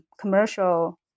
commercial